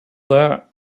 that